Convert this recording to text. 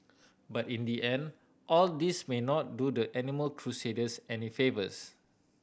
but in the end all this may not do the animal crusaders any favours